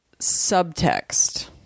subtext